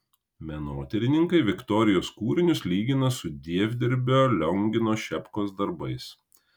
menotyrininkai viktorijos kūrinius lygina su dievdirbio liongino šepkos darbais